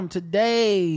Today